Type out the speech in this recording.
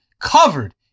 covered